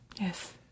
Yes